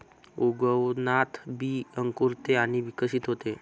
उगवणात बी अंकुरते आणि विकसित होते